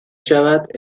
شود